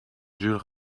jules